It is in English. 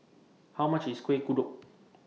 How much IS Kuih Kodok